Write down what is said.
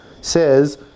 says